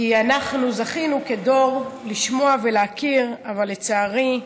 כי אנחנו זכינו כדוֹר לשמוע ולהכיר, אבל לצערי,